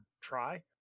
try